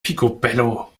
picobello